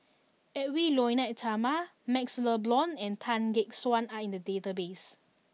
Edwy Lyonet Talma Maxle Blond and Tan Gek Suan are in the database